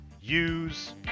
use